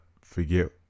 forget